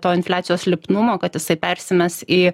to infliacijos lipnumo kad jisai persimes į